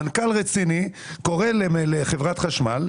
מנכ"ל רציני קורא לחברת חשמל,